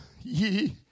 ye